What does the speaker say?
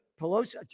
Pelosi